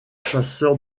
chasseur